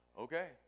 Okay